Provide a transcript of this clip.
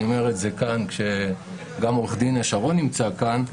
ואני אומר את זה כאן גם כשעו"ד שרון נמצא כאן,